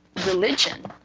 religion